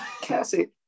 Cassie